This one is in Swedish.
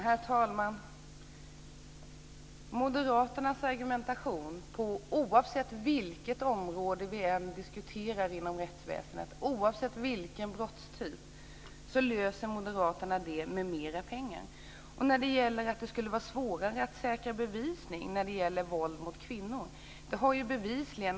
Herr talman! Oavsett vilket område inom rättsväsendet eller vilken brottstyp vi diskuterar handlar Moderaternas argumentation om att man ska lösa det med mera pengar. Sedan gällde det att det skulle vara svårare att säkra bevis när det gäller våld mot kvinnor.